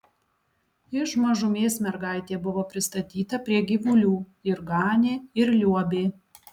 iš mažumės mergaitė buvo pristatyta prie gyvulių ir ganė ir liuobė